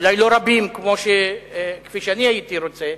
אולי לא רבים כפי שאני הייתי רוצה,